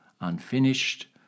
unfinished